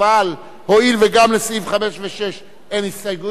אבל הואיל וגם לסעיפים 5 ו-6 אין הסתייגויות